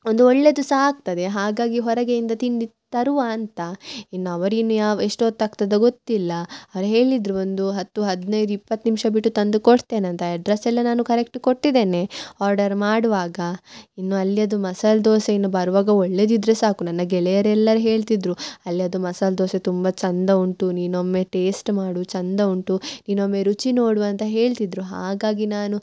ಒಂದು ಒಳ್ಳೆದು ಸಹ ಆಗ್ತದೆ ಹಾಗಾಗಿ ಹೊರಗೆಯಿಂದ ತಿಂಡಿ ತರುವ ಅಂತ ಇನ್ನು ಅವರು ಇನ್ನು ಯಾವ ಎಷ್ಟೋತ್ತು ಆಗ್ತದೊ ಗೊತ್ತಿಲ್ಲ ಅವ್ರು ಹೇಳಿದರು ಒಂದು ಹತ್ತು ಹದಿನೈದು ಇಪ್ಪತ್ತು ನಿಮಿಷ ಬಿಟ್ಟು ತಂದು ಕೊಡ್ತೇನೆ ಅಂತ ಎಡ್ರೆಸ್ ಎಲ್ಲ ನಾನು ಕರೆಕ್ಟ್ ಕೊಟ್ಟಿದೇನೆ ಆರ್ಡರ್ ಮಾಡುವಾಗ ಇನ್ನು ಅಲ್ಲಿಯದು ಮಸಾಲ ದೋಸೆ ಇನ್ನು ಬರುವಾಗ ಒಳ್ಳೆದು ಇದ್ರೆ ಸಾಕು ನನ್ನ ಗೆಳೆಯರು ಎಲ್ಲರು ಹೇಳ್ತಿದ್ರು ಅಲ್ಲಿಯದು ಮಸಾಲ ದೋಸೆ ತುಂಬ ಚಂದ ಉಂಟು ನೀನು ಒಮ್ಮೆ ಟೇಸ್ಟ್ ಮಾಡು ಚಂದ ಉಂಟು ನೀನೊಮ್ಮೆ ರುಚಿ ನೋಡುವ ಅಂತ ಹೇಳ್ತಿದ್ರು ಹಾಗಾಗಿ ನಾನು